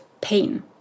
pain